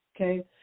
Okay